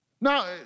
Now